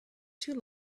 too